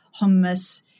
hummus